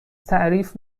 تعریف